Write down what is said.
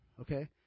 Okay